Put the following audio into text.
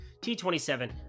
t27